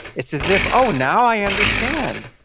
it's as if, oh, now i understand.